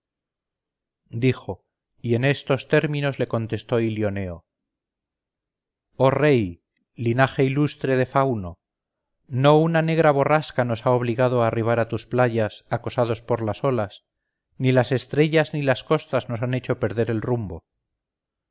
dijo y en esto términos le contestó ilioneo oh rey linaje ilustre de fauno no una negra borrasca nos ha obligado a arribar a tus playas acosados por las olas ni las estrellas ni las costas nos han hecho perder el rumbo